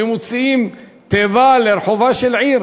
מוציאין תיבה לרחובה של עיר